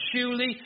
surely